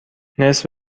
نصف